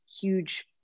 huge